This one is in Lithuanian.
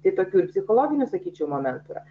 tai tokių ir psichologinių sakyčiau momentų yra